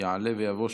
יעלה ויבוא.